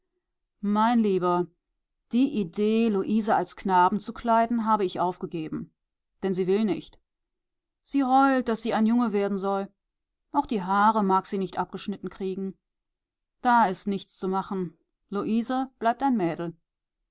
mein lieber die idee luise als knaben zu kleiden habe ich aufgegeben denn sie will nicht sie heult daß sie ein junge werden soll auch die haare mag sie nicht abgeschnitten kriegen da ist nichts zu machen luise bleibt ein mädel